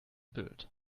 built